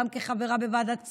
גם כחברה בוועדת הכספים,